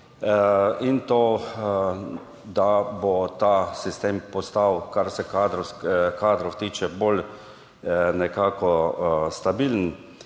in to, da bo ta sistem postal, kar se kadrov, kadrov tiče, bolj nekako stabilen